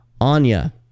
Anya